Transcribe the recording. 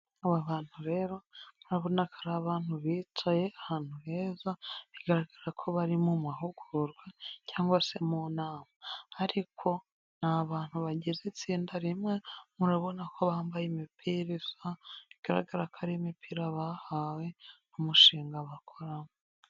Aba bantu rero, urabona ko ari abantu bicaye ahantu heza, bigaragara ko bari mu mahugurwa cyangwa se mu nama ariko ni abantu bagize itsinda rimwe, murabona ko bambaye imipira isa, bigaragara ko ari imipira bahawe mu mushinga bakoramo.